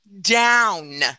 down